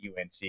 UNC